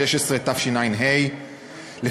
התשע"ה 2015,